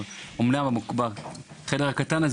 אומנם החדר הזה קטן,